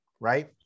right